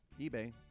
eBay